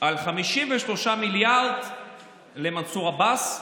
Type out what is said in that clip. על 53 מיליארד למנסור עבאס,